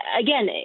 again